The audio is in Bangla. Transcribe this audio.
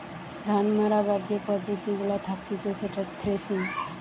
ধান মাড়াবার যে পদ্ধতি গুলা থাকতিছে সেটা থ্রেসিং